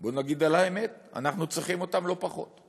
בואו נודה על האמת: אנחנו צריכים אותם לא פחות,